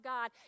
God